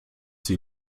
sie